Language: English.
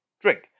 drink